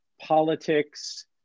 politics